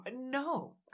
no